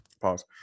Pause